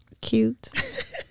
cute